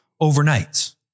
overnight